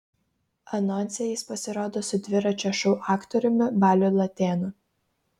anonse jis pasirodo su dviračio šou aktoriumi baliu latėnu